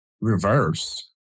reverse